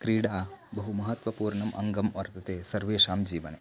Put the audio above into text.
क्रीडा बहु महत्त्वपूर्णम् अङ्गं वर्तते सर्वेषां जीवने